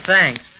thanks